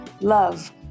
Love